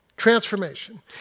transformation